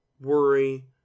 worry